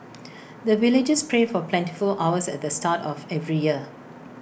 the villagers pray for plentiful harvest at the start of every year